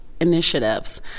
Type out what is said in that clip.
initiatives